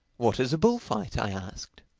what is a bullfight? i asked.